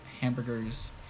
hamburgers